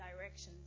directions